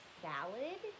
salad